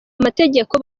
amategeko